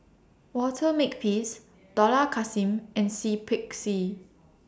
Walter Makepeace Dollah Kassim and Seah Peck Seah